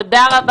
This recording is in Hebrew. תודה רבה.